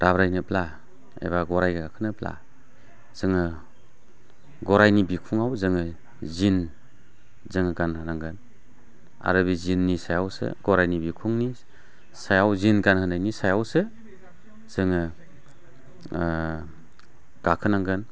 दाब्रायनोब्ला एबा गराइ गाखोनोब्ला जोङो गराइनि बिखुङाव जोङो जिन जोङो गानहो नांगोन आरो बे जिननि सायावसो गराइनि बिखुंनि सायाव जिन गानहोनायनि सायावसो जोङो गाखोनांगोन